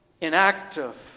inactive